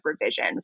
revision